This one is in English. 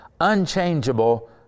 unchangeable